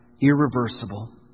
Irreversible